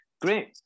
great